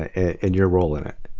ah in your role in it